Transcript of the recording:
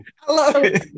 Hello